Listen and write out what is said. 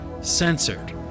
censored